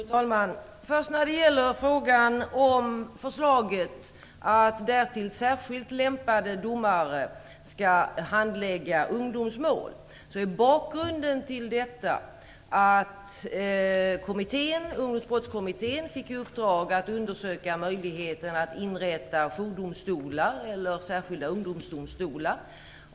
Fru talman! Först när det gäller frågan om förslaget att därtill särskilt lämpade domare skall handlägga ungdomsmål vill jag säga följande. Bakgrunden till detta är att Ungdomsbrottskommittén fick i uppdrag att undersöka möjligheten att inrätta jourdomstolar eller särskilda ungdomsdomstolar.